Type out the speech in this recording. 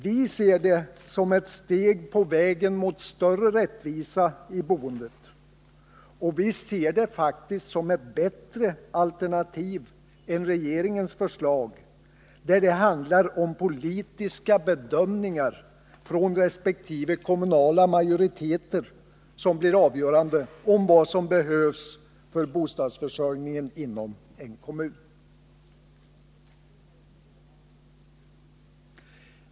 Vi ser förslaget som ett steg på vägen mot större rättvisa i boendet, och vi ser det faktiskt som ett bättre alternativ än regeringens förslag, där det handlar om politiska bedömningar från resp. kommunala majoriteter om vad som behövs för bostadsförsörjningen inom en kommun.